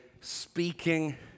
speaking